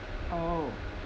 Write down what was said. oh